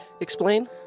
Explain